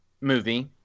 movie